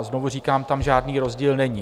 Znovu říkám, tam žádný rozdíl není.